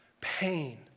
pain